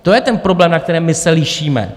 To je ten problém, na kterém my se lišíme.